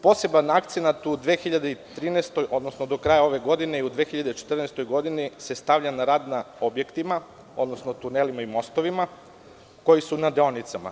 Poseban akcenat u 2013. odnosno do kraja ove godine i u 2014. godini se stavlja na rad na objektima, odnosno tunelima i mostovima koji su na deonicama.